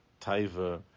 taiva